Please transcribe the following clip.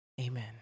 Amen